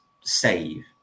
save